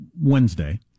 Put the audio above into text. Wednesday